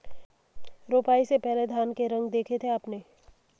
रोपाई से पहले धान के रंग देखे थे आपने?